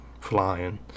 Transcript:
flying